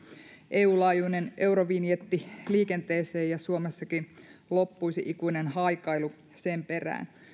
eu laajuinen eurovinjetti liikenteeseen ja suomessakin loppuisi ikuinen haikailu sen perään